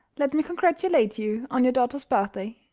let me congratulate you on your daughter's birthday.